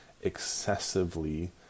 excessively